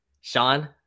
sean